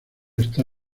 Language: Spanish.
está